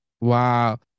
wow